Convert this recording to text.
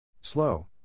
Slow